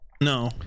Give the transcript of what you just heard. No